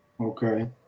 Okay